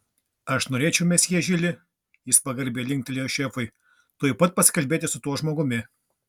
aš norėčiau mesjė žili jis pagarbiai linktelėjo šefui tuoj pat pasikalbėti su tuo žmogumi